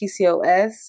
PCOS